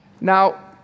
Now